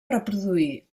reproduir